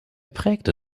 prägte